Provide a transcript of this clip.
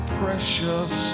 precious